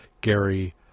Gary